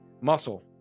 muscle